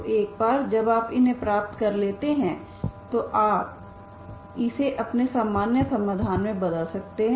तो एक बार जब आप इन्हें प्राप्त कर लेते हैं तो आप इसे अपने सामान्य समाधान में बदल देते हैं